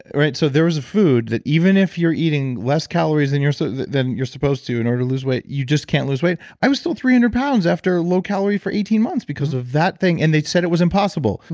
right? so there was a food that even if you're eating less calories and so than you're supposed to in order to lose weight, you just can't lose weight. i was still three hundred pounds after low calorie for eighteen months because of that thing and they'd said it was impossible.